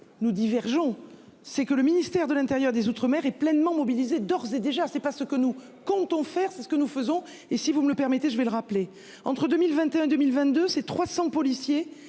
nous divergeons c'est que le ministère de l'intérieur des Outre-mer est pleinement mobilisés d'ores et déjà c'est pas ce que nous comptons faire c'est ce que nous faisons et si vous me le permettez, je vais le rappeler entre 2021 2022 c'est 300 policiers